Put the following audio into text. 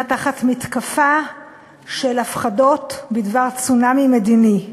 תחת מתקפה של הפחדות בדבר צונאמי מדיני,